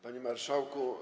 Panie Marszałku!